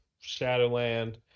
Shadowland